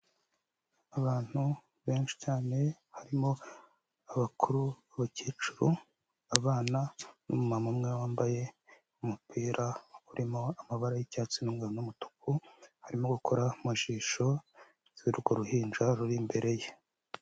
Abantu benshi cyane harimo abakuru b'abakecuru, abana n'umumama umwe wambaye umupira urimo amabara y'icyatsi n'umweru n'umutuku, arimo gukora mu jisho ry'urwo ruhinja ruri imbere ye.